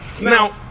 Now